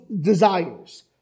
desires